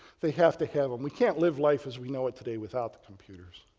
they have to have them. we can't live life as we know it today without the computers.